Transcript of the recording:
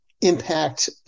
impact